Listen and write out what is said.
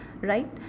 Right